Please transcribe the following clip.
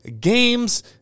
games